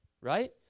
Right